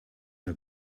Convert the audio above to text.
der